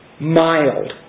Mild